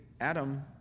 Adam